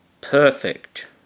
perfect